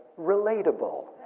relatable.